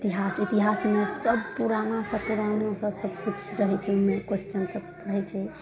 इतिहास इतिहासमे सब पुरानासँ पुराना सब सबकिछु रहय छै ओइमे क्वेश्चन सब रहय छै